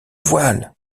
voile